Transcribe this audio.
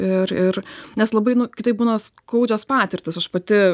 ir ir nes labai nu kitaip būna skaudžios patirtys aš pati